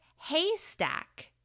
haystack